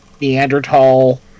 Neanderthal